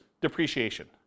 depreciation